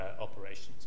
operations